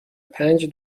پنج